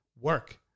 work